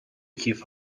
کیف